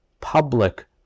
public